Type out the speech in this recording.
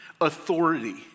authority